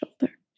shoulder